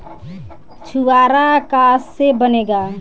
छुआरा का से बनेगा?